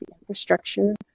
infrastructure